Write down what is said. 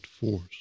force